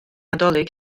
nadolig